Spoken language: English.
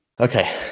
Okay